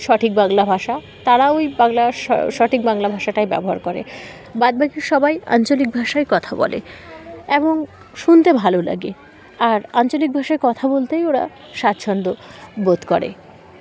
সঠিক বাংলা ভাষা তারাও ওই বাংলাার সঠিক বাংলা ভাষাটাই ব্যবহার করে বাদ বাকি সবাই আঞ্চলিক ভাষায় কথা বলে এবং শুনতে ভালো লাগে আর আঞ্চলিক ভাষায় কথা বলতেই ওরা স্বাচ্ছন্দ্য বোধ করে